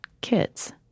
kids